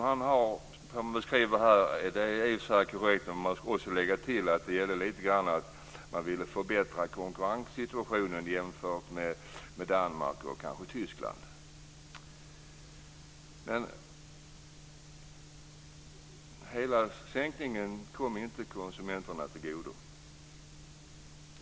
Han beskriver skälet till sänkningen korrekt, men jag vill lägga till att man också ville förbättra konkurrenssituationen gentemot Danmark och kanske Men hela sänkningen kom inte konsumenterna till godo.